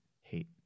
hate